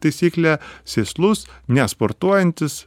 taisyklė sėslus nesportuojantis